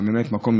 וממלאת המקום,